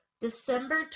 December